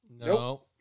No